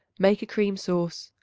make a cream sauce.